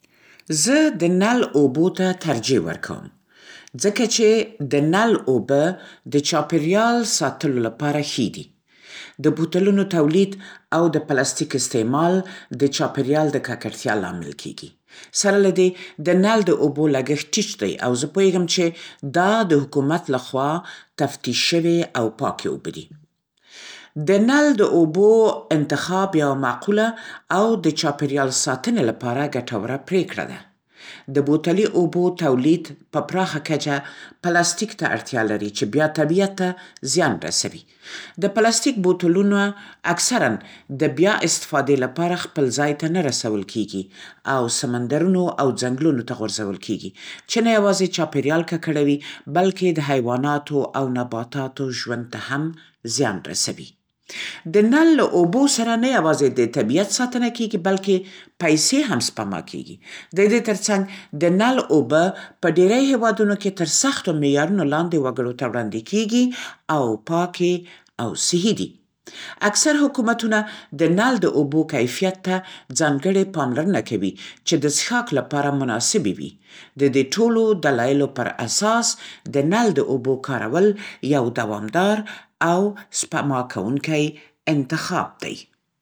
زه د نل اوبو ته ترجیح ورکوم. ځکه چې د نل اوبه د چاپیریال ساتلو لپاره ښې دي. د بوتلونو تولید او د پلاستیک استعمال د چاپیریال د ککړتیا لامل کېږي. سره له دې، د نل د اوبو لګښت ټیټ دی او زه پوهیږم چې دا د حکومت لخوا تفتیش شوې او پاکې دي. د نل د اوبو انتخاب یوه معقوله او د چاپیریال ساتنې لپاره ګټوره پرېکړه ده. د بوتلي اوبو تولید په پراخه کچه پلاستیک ته اړتیا لري، چې بیا طبیعت ته زیان رسوي. د پلاستیک بوتلونه اکثراً د بیا استفادې لپاره خپل ځای ته نه رسول کیږي او سمندرونو او ځنګلونو ته غورځول کېږي، چې نه یوازې چاپېریال ککړوي بلکې د حیواناتو او نباتاتو ژوند ته هم زیان رسوي. د نل له اوبو سره، نه یوازې د طبیعت ساتنه کېږي، بلکې پیسې هم سپما کېږي. د دې ترڅنګ، د نل اوبه په ډیری هیوادونو کې تر سختو معیارونو لاندې وګړو ته وړاندې کېږي او پاکې او صحی دي. اکثر حکومتونه د نل د اوبو کیفیت ته ځانګړې پاملرنه کوي، چې د څښاک لپاره مناسبې وي. د دې ټولو دلایلو پر اساس، د نل د اوبو کارول یو دوامدار او سپماکوونکی انتخاب دی.